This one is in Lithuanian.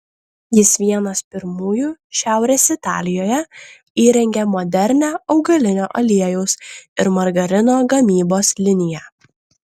jis vienas pirmųjų šiaurės italijoje įrengė modernią augalinio aliejaus ir margarino gamybos liniją